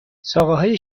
ساقههای